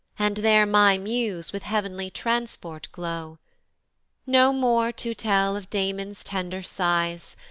and there my muse with heav'nly transport glow no more to tell of damon's tender sighs,